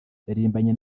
yaririmbanye